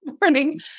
morning